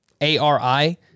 A-R-I